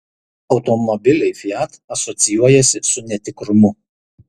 automobiliai fiat asocijuojasi su netikrumu